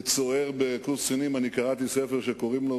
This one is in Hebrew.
כצוער בקורס קצינים קראתי ספר שקוראים לו,